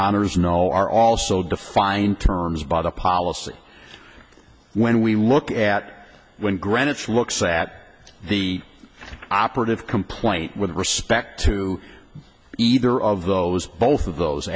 honour's know are also defined terms by the policy when we look at when greenwich looks at the operative complaint with respect to either of those both of those